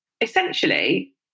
essentially